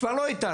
הם כבר לא איתנו.